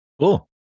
Cool